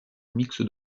mix